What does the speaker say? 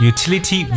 Utility